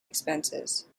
expenses